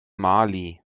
mali